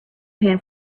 pan